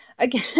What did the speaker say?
Again